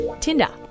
Tinder